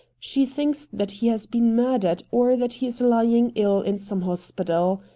she thinks that he has been murdered, or that he is lying ill in some hospital.